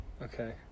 Okay